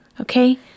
Okay